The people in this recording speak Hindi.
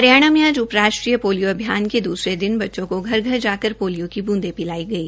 हरियाणा में उप राष्ट्रीय पोलियो अभियान के दुसरे दिन बच्चों को घर घर जाकर पोलियों की बंदे पिलाई गई